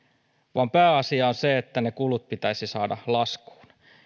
vaan pääasia on on se että ne kulut pitäisi saada laskuun